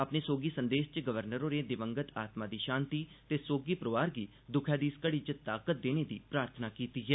अपने सोगी संदेस च गवर्नर होरें दिवंगत आत्मा दी शांति ते सोगी परोआर गी दुक्खै दी इस घड़ी च ताकत देने दी प्रार्थना कीती ऐ